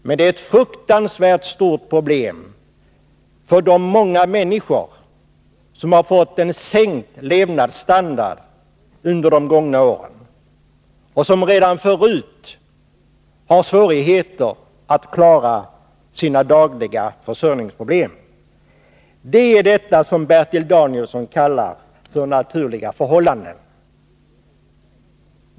Men det är ett fruktansvärt stort problem för de många människor som har fått en sänkning av levnadsstandarden under de gångna åren och som redan förut har svårigheter att klara sin dagliga försörjning. Det är detta som Bertil Danielsson kallar för naturliga förhållanden.